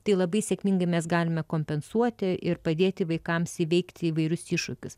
tai labai sėkmingai mes galime kompensuoti ir padėti vaikams įveikti įvairius iššūkius